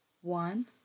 One